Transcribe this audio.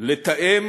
לתאם